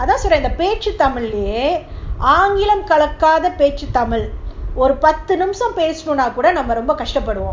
அதான்சொன்னேன்அந்தபேச்சுதமிழ்லையேஆங்கிலம்கலக்காதபேச்சுத்தமிழ்ஒருபத்துநிமிஷம்பேசணும்னாகூடகஷ்டப்படுவோம்:adhan sonnen andha pechu tamillaye aangilam kalakatha pechu tamil oru pathu nimisham pesanumna kooda kastapaduvom